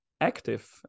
active